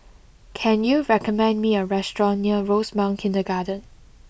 can you recommend me a restaurant near Rosemount Kindergarten